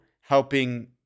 helping